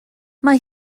mae